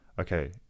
okay